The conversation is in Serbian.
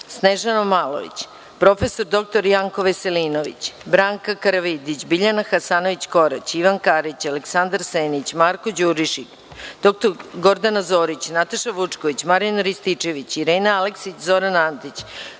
Snežana Malović, prof. dr Janko Veselinović, Branka Karavidić, Biljana Hasanović-Korać, Ivan Karić, Aleksandar Senić, Marko Đurišić, dr. Gordana Zorić, Nataša Vučković, Marijan Rističević, Irena Aleksić, Zoran Antić,